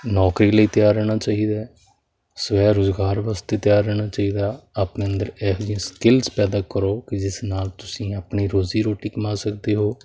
ਨੌਕਰੀ ਲਈ ਤਿਆਰ ਰਹਿਣਾ ਚਾਹੀਦਾ ਸੋਇਆ ਰੁਜ਼ਗਾਰ ਵਾਸਤੇ ਤਿਆਰ ਰਹਿਣਾ ਚਾਹੀਦਾ ਆਪਣੇ ਅੰਦਰ ਇਹ ਸਕਿਲਸ ਪੈਦਾ ਕਰੋ ਕਿ ਜਿਸ ਨਾਲ ਤੁਸੀਂ ਆਪਣੀ ਰੋਜ਼ੀ ਰੋਟੀ ਕਮਾ ਸਕਦੇ ਹੋ